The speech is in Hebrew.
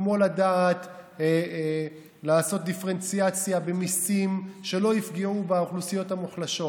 כמו לדעת לעשות דיפרנציאציה במיסים שלא יפגעו באוכלוסיות המוחלשות,